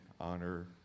honor